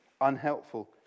unhelpful